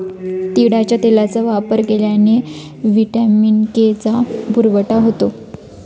तिळाच्या तेलाचा वापर केल्याने व्हिटॅमिन के चा पुरवठा होतो